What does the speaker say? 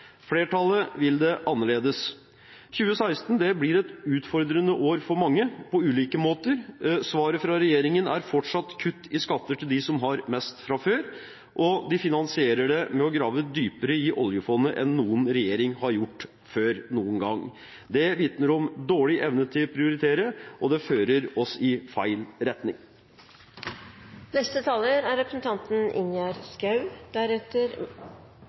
Flertallet vil det annerledes. 2016 blir et utfordrende år for mange på ulike måter. Svaret fra regjeringen er fortsatt kutt i skatter til dem som har mest fra før, og de finansierer det med å grave dypere i oljefondet enn noen regjering har gjort før noen gang. Det vitner om dårlig evne til å prioritere, og det fører oss i feil retning. Vårt land er